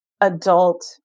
adult